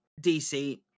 DC